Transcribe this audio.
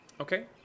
Okay